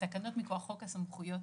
התקנות מכוח חוק הסמכויות